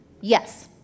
Yes